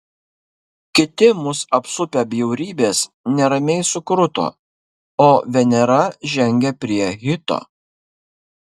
kiti mus apsupę bjaurybės neramiai sukruto o venera žengė prie hito